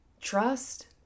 trust